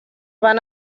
van